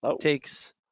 takes